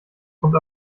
kommt